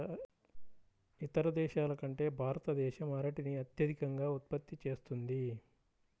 ఇతర దేశాల కంటే భారతదేశం అరటిని అత్యధికంగా ఉత్పత్తి చేస్తుంది